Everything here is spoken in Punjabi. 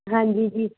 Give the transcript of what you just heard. ਹਾਂਜੀ ਜੀ